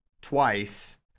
twice